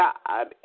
God